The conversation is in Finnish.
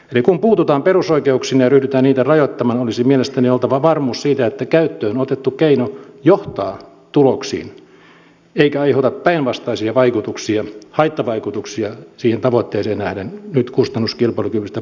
eli kun puututaan perusoikeuksiin ja ryhdytään niitä rajoittamaan olisi mielestäni oltava varmuus siitä että käyttöön otettu keino johtaa tuloksiin eikä aiheuta päinvastaisia vaikutuksia haittavaikutuksia siihen tavoitteeseen nähden nyt kustannuskilpailukyvystä puhuen